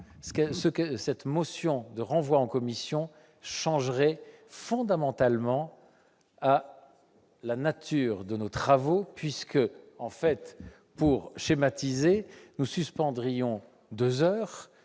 cette motion de renvoi à la commission changerait fondamentalement à la nature de nos travaux. Pour schématiser, nous suspendrions la séance